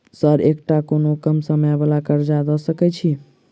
Sir एकटा कोनो कम समय वला कर्जा दऽ सकै छी?